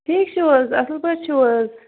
ٹھیٖک چھُو حظ اَصٕل پٲٹھۍ چھُو حظ